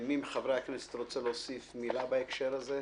מי מחברי הכנסת רוצה להוסיף מילה בהקשר הזה?